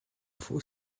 for